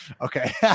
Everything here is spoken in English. okay